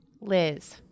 Liz